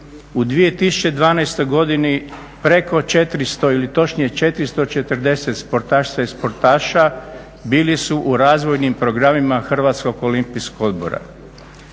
U 2012. godini preko četristo ili točnije četristo četrdeset sportašica i sportaša bili su u razvojnim programima Hrvatskog olimpijskog odbora.